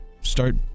start